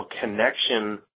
connection